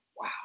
Wow